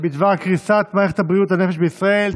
בדבר קריסת מערכת בריאות הנפש בישראל.